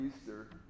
Easter